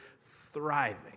thriving